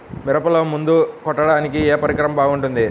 మిరపలో మందు కొట్టాడానికి ఏ పరికరం బాగుంటుంది?